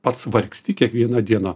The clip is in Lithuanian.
pats vargsti kiekvieną dieną